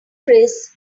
chris